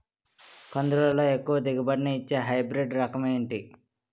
కందుల లో ఎక్కువ దిగుబడి ని ఇచ్చే హైబ్రిడ్ రకం ఏంటి?